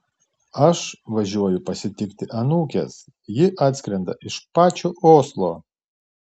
aš važiuoju pasitikti anūkės ji atskrenda iš pačio oslo